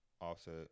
Offset